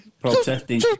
protesting